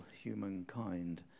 humankind